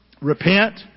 Repent